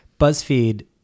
BuzzFeed